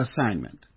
assignment